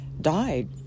died